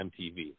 MTV